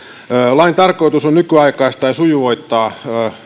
lain tarkoitus on nykyaikaistaa ja sujuvoittaa